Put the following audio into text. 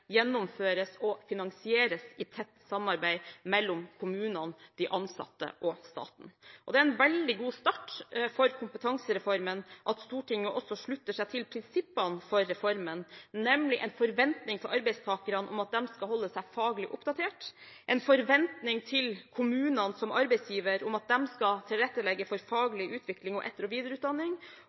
gjennomføres og finansieres i tett samarbeid mellom kommunene, de ansatte og staten. Det er en veldig god start for kompetansereformen at Stortinget slutter seg til prinsippene for reformen: en forventning til arbeidstakerne om at de skal holde seg faglig oppdatert en forventning til kommunene som arbeidsgivere om at de skal tilrettelegge for faglig utvikling og etter- og videreutdanning